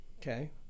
Okay